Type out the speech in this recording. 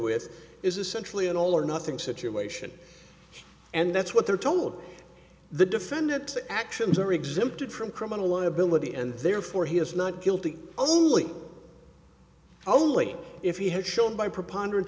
with is essentially an all or nothing situation and that's what they're told the defendant actions are exempted from criminal liability and therefore he is not guilty only only if he has shown by preponderance